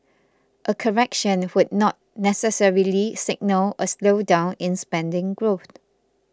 a correction would not necessarily signal a slowdown in spending growth